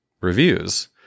reviews